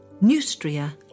Neustria